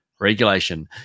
regulation